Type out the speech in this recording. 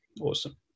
Awesome